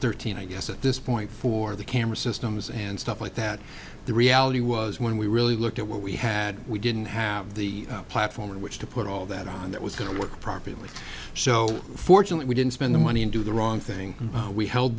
thirteen i guess at this point for the camera systems and stuff like that the reality was when we really looked at what we had we didn't have the platform on which to put all that on that was going to work properly so fortunately we didn't spend the money and do the wrong thing we held